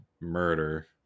murder